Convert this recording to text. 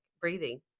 breathing